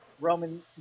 Roman